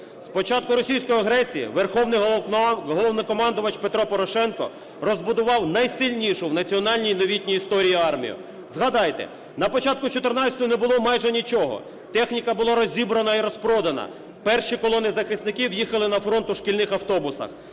початку російської агресії Верховний Головнокомандувач Петро Порошенко розбудував найсильнішу в національній новітній історії армію. Згадайте, на початку 2014-го не було майже нічого: техніка була розібрана і розпродана, перші колони захисників їхали на фронт у шкільних автобусах.